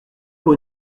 pour